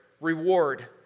reward